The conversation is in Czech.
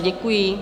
Děkuji.